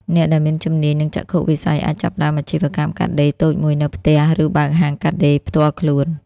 អ្នកដែលមានជំនាញ និងចក្ខុវិស័យអាចចាប់ផ្តើមអាជីវកម្មកាត់ដេរតូចមួយនៅផ្ទះ ឬបើកហាងកាត់ដេរផ្ទាល់ខ្លួន។